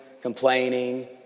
complaining